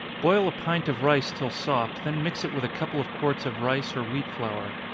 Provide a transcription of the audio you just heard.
boil a pint of rice till soft then mix it with a couple of quarts of rice or wheat flour.